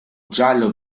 giallo